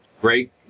great